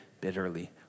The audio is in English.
bitterly